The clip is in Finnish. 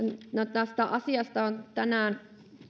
tästä asiasta on tänään